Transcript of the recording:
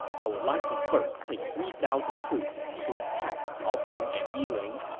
i would like to first take three thousand troops to attack cao hong at yiling.